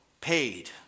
paid